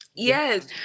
Yes